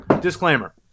disclaimer